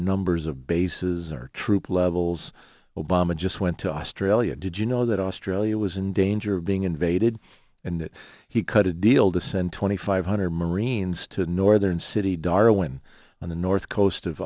numbers of bases or troop levels obama just went to australia did you know that australia was in danger of being invaded and that he cut a deal to send twenty five hundred marines to northern city darwin on the north coast of